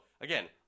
again